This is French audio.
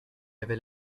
avait